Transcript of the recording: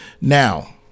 Now